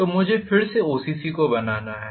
तो मुझे फिर से ओसीसी को बनाना है